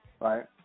Right